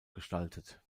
gestaltet